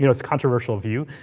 you know it's controversial view.